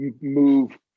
move